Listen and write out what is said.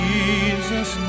Jesus